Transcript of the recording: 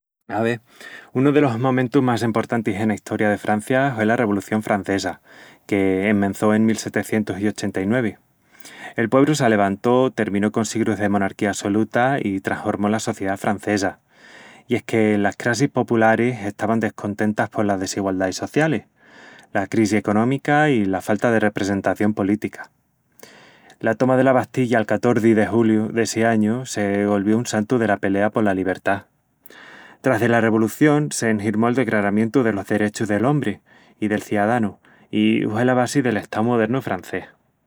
Ave... unu delos momentus más emportantis ena istoria de Francia hue la Revolución Francesa, que enmençó en mil setecientus i ochenta-i-nuevi. El puebru s'alevantó, terminó con sigrus de monarquía assoluta i trashormó la sociedá francesa. I es que las crassis popularis estavan descontentas polas desigualdais socialis, la crisi económica i la falta de representación política. La toma dela Bastilla el catorzi de juliu d'essi añu se golvió un santu dela pelea pola libertá. Tras dela revolución, se enhirmó el Decraramientu delos Derechus del Ombri i del Ciadanu i hue la basi del estau modernu francés.